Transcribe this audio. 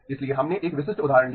इसलिए हमने एक विशिष्ट उदाहरण लिया